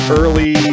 early